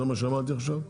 זה מה שאמרתי עכשיו?